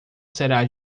será